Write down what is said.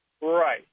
Right